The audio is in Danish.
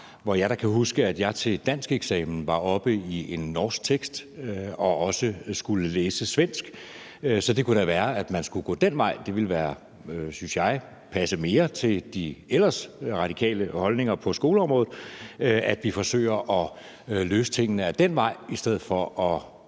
var. Jeg kan da huske, at jeg til danskeksamen var oppe i en norsk tekst og også skulle læse svensk. Så det kunne da være, at man skulle gå dén vej. Det ville, synes jeg, ellers passe mere til de ellers radikale holdninger på skoleområdet, at vi forsøger at løse tingene ad den vej i stedet for